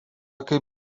kaip